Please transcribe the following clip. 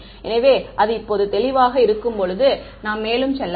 எனவே அது இப்போது தெளிவாக இருக்கும்போது நாம் மேலும் செல்லலாம்